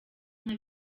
nka